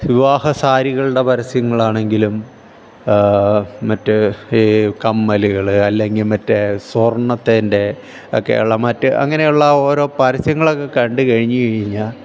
വിവാഹ സാരികളുടെ പരസ്യങ്ങളാണെങ്കിലും മറ്റേ ഈ കമ്മലുകൾ അല്ലെങ്കിൽ മറ്റേ സ്വർണ്ണത്തിേൻ്റെയൊക്കെയുള്ള മറ്റു അങ്ങനെയുള്ള ഓരോ പരസ്യങ്ങളൊക്കെ കണ്ടു കഴിഞ്ഞു കഴിഞ്ഞാൽ